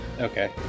Okay